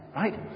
right